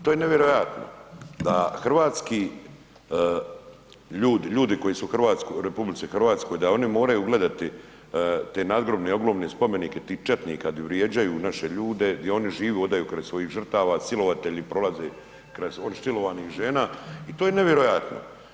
To je nevjerojatno da hrvatski ljudi, ljudi koji su u RH, da oni moraju gledati te nadgrobne, ogromne spomenike tih četnika di vrijeđaju naše ljude i oni žive, hodaju kraj svojih žrtava, silovatelji prolaze kraj silovanih žena, i to je nevjerojatno.